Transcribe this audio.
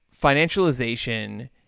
financialization